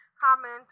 comment